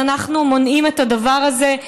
אז אנחנו מונעים את הדבר הזה.